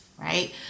right